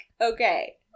Okay